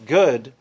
good